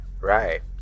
Right